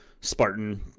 Spartan